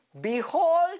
Behold